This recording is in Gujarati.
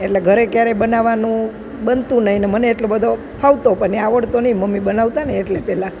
એટલે ઘરે ક્યારેય બનાવવાનું બનતું નહીં ને મને એટલો બધો ફાવતો પણ નહીં આવડતો નહીં મમ્મી બનાવતાં ને એટલે પહેલાં